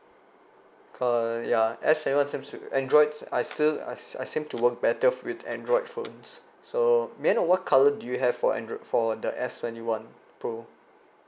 cau~ ya S seven seems to androids I still I I seem to work better with android phones so may I know what colour do you have for android for the S twenty one pro